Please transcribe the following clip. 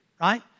right